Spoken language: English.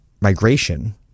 Migration